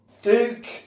Duke